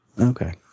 Okay